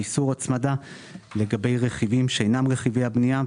איסור הצמדה לגבי רכיבים שאינם רכיבי המדינה,